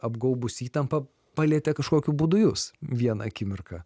apgaubusi įtampa palietė kažkokiu būdu jus vieną akimirką